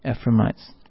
Ephraimites